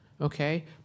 okay